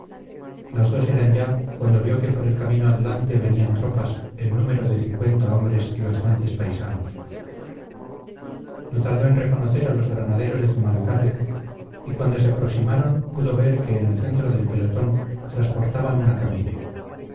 las dos eran ya cuando vio que por el camino adelante venían tropas en número de cincuenta hombres y bastantes paisanos no tardó en reconocer a los granaderos de zumalacárregui y cuando se aproximaban pudo ver que en el centro del pelotón transportaban una camilla